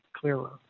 clearer